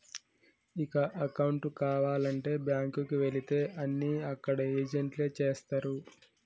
ఇక అకౌంటు కావాలంటే బ్యాంకుకి వెళితే అన్నీ అక్కడ ఏజెంట్లే చేస్తరు